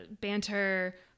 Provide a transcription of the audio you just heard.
banter